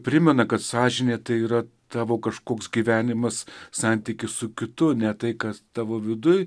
primena kad sąžinė tai yra tavo kažkoks gyvenimas santykis su kitu ne tai kas tavo viduj